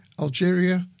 Algeria